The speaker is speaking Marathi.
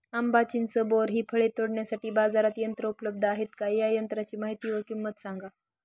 आंबा, चिंच, बोर हि फळे तोडण्यासाठी बाजारात यंत्र उपलब्ध आहेत का? या यंत्रांची माहिती व किंमत सांगा?